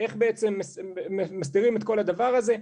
איך מסדירים את כל הדבר הזה.